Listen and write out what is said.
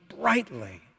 brightly